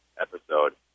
episode